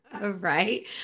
right